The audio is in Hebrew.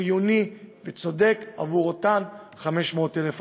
חיוני וצודק עבור אותם 500,000 עצמאים.